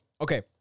Okay